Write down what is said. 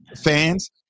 fans